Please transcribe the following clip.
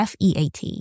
FEAT